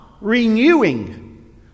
renewing